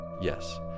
yes